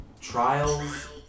trials